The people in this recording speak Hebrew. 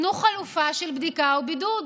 תנו חלופה של בדיקה או בידוד.